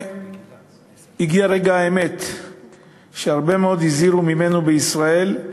היום הגיע רגע האמת שהרבה מאוד הזהירו ממנו בישראל.